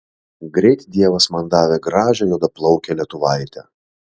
greit dievas man davė gražią juodaplaukę lietuvaitę